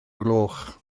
gloch